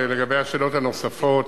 לגבי השאלות הנוספות,